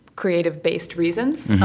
creative-based reasons.